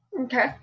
Okay